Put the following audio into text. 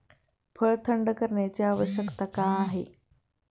फळ थंड करण्याची आवश्यकता का आहे?